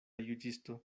juĝisto